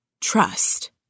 Trust